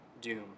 doom